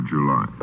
July